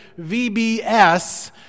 VBS